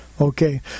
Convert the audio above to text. Okay